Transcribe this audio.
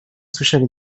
słyszeli